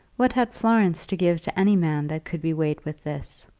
what had florence to give to any man that could be weighed with this?